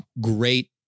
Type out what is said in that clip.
great